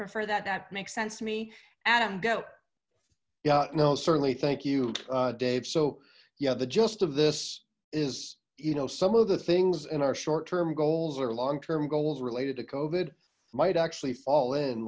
prefer that that makes sense to me adam go yeah no certainly thank you dave so yeah the gist of this is you know some of the things in our short term goals or long term goals related to cove it might actually fall in